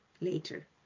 later